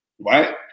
right